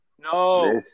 No